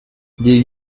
des